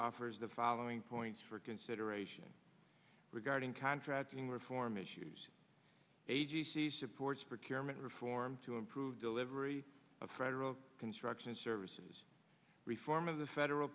offers the following points for consideration regarding contracting reform issues a g c supports for care meant reform to improve delivery of federal construction services reform of the federal